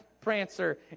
Prancer